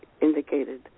indicated